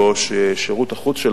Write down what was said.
אז בראשותו של חבר הכנסת גאלב